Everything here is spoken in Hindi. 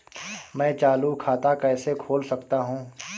मैं चालू खाता कैसे खोल सकता हूँ?